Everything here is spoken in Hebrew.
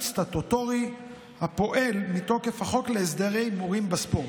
סטטוטורי שפועל מתוקף החוק להסדר ההימורים בספורט.